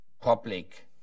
public